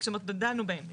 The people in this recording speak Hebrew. דנו בהם בעצם.